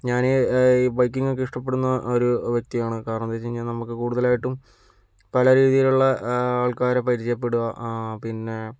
ഞാൻ ഈ ബൈക്കിങ്ങൊക്കെ ഇഷ്ടപ്പെടുന്ന ഒരു വ്യക്തിയാണ് കാരണമെന്തെന്ന് വച്ചുകഴിഞ്ഞാൽ നമുക്ക് കൂടുതലായിട്ടും പലരീതിയിലുള്ള ആൾക്കാരെ പരിചയപ്പെടുക പിന്നെ